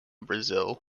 brazil